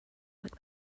like